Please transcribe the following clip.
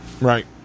Right